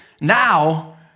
Now